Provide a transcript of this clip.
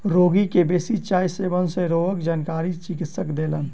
रोगी के बेसी चाय सेवन सँ रोगक जानकारी चिकित्सक देलैन